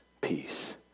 peace